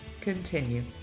continue